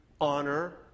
honor